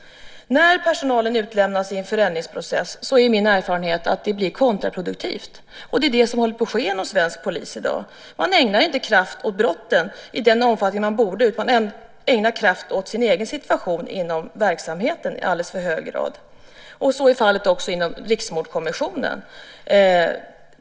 När personalen utlämnas i en förändringsprocess är min erfarenhet att det blir kontraproduktivt. Det är det som håller på att ske inom svensk polis i dag. Man ägnar inte kraft åt brotten i den omfattning som man borde, utan man ägnar kraft åt sin egen situation inom verksamheten i alldeles för hög grad. Så är fallet också inom Riksmordkommissionen.